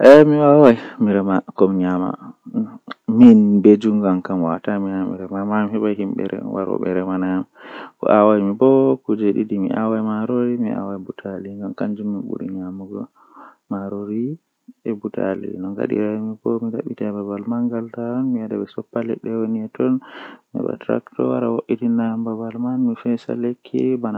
Mi wiyan mo o wara o nasta law to woodi ko o numata o acca numugo o wala o de'ita o wallina hakkilo mako to owadi bannin mai jei asaweerer gotel pat sali sei mi wiya mo o yaha o laara likita hebana mo lekki bo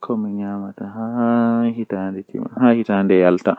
ofonda o laara